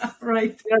Right